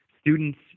students